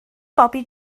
bobi